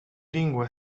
lingue